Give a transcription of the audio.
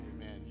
Amen